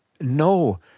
No